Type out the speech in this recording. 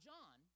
John